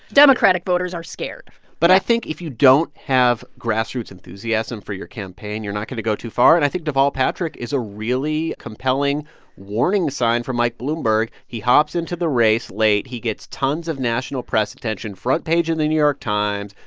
democratic voters are scared but i think if you don't have grassroots enthusiasm for your campaign, you're not going to go too far. and i think deval patrick is a really compelling warning sign for mike bloomberg. he hops into the race late. he gets tons of national press attention, front page of the new york times,